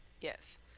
Yes